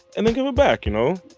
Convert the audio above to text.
and then give it back. you know?